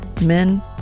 men